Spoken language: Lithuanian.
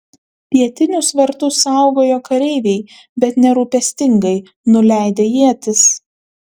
pietinius vartus saugojo kareiviai bet nerūpestingai nuleidę ietis